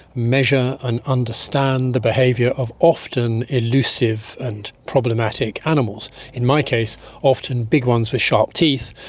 measure and understand the behaviour of often elusive and problematic animals, in my case often big ones with sharp teeth,